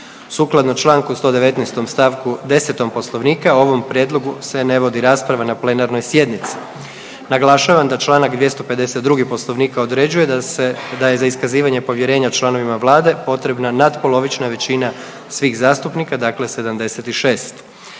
Sukladno čl. 119. st. 10. poslovnika o ovom prijedlogu se ne vodi rasprava na plenarnoj sjednici. Naglašavam da čl. 252. poslovnika određuje da je za iskazivanje povjerenja članovima vlade potrebna natpolovična većina svih zastupnika dakle 76.